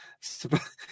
surprise